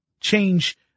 change